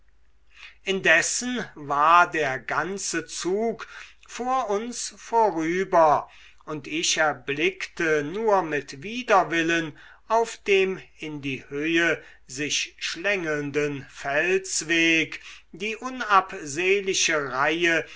indessen war der ganze zug vor uns vorüber und ich erblickte nur mit widerwillen auf dem in die höhe sich schlängelnden felsweg die unabsehliche reihe